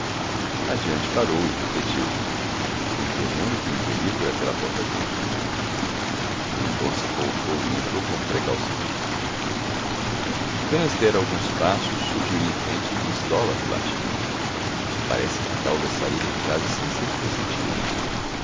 adiante parou e refletiu havia um demônio que o impelia por aquela porta dentro mendonça voltou e entrou com precaução apenas dera alguns passos surgiu lhe em frente miss dollar latindo parece que a galga saíra de casa sem ser pressentida